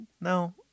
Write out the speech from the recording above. no